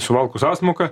suvalkų sąsmauka